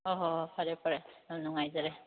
ꯍꯣꯏ ꯍꯣꯏ ꯍꯣꯏ ꯐꯔꯦ ꯐꯔꯦ ꯌꯥꯝ ꯅꯨꯡꯉꯥꯏꯖꯔꯦ